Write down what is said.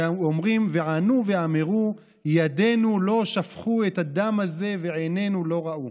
ואומרים: "וענו ואמרו ידינו לא שפכו את הדם הזה ועינינו לא ראו".